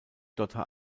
dotter